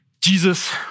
Jesus